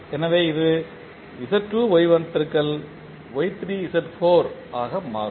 எனவே இது Z2 Y1 பெருக்கல் Y3 Z4 ஆக மாறும்